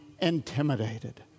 intimidated